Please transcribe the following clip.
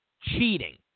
cheating